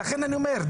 אז לכן אני אומר,